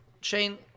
chain